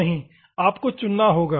नहीं आपको चुनना होगा